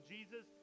Jesus